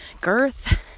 girth